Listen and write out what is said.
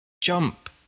jump